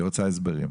היא רוצה הסברים.